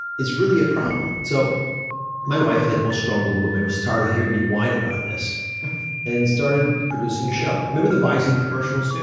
is really a problem. so my wife, like most strong willed women, was tired of hearing me whine about this and started producing a show. remember the visine commercials?